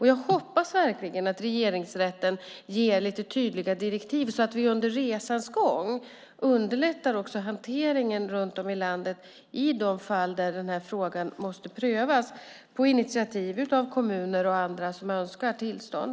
Jag hoppas verkligen att Regeringsrätten ger lite tydliga direktiv så att vi under resans gång underlättar hanteringen runt om i landet i de fall då frågan måste prövas på initiativ av kommuner och andra som önskar tillstånd.